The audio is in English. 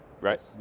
Right